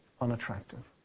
unattractive